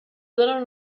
donen